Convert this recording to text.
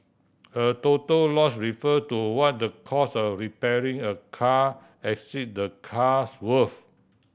a total loss refer to what the cost of repairing a car exceed the car's worth